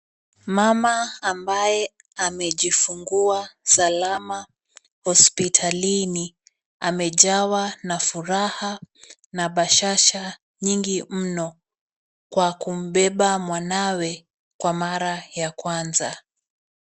Mama ambaye amejifungua salama hospitalini. Amejawa na furaha na bashasha nyingi mno, kwa kumbeba mwanawe kwa mara ya kwanza.